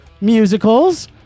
musicals